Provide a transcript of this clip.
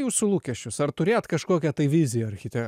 jūsų lūkesčius ar turėjot kažkokią tai viziją archite